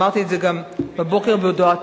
אמרתי את זה גם בבוקר בהודעתי,